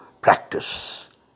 practice